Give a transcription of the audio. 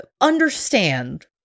understand